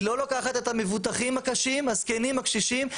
היא לא לוקחת את המבוטחים הקשים, הזקנים, הקשישים.